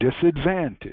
Disadvantage